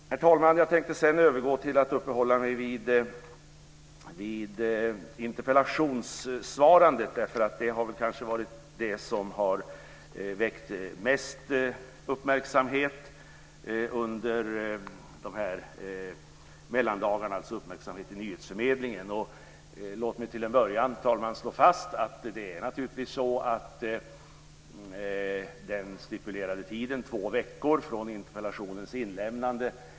Herr talman! Jag tänkte sedan övergå till att uppehålla mig vid interpellationssvarandet, eftersom detta kanske har väckt mest uppmärksamhet i nyhetsförmedlingen under riksdagens juluppehåll. Låt mig till en början slå fast att det naturligtvis är så att det ska finnas ett svar från statsrådet inom den stipulerade tiden två veckor från interpellationens inlämnande.